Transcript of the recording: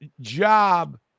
job